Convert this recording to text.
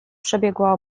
przebiegła